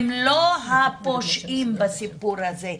הם לא הפושעים בסיפור הזה.